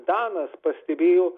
danas pastebėjo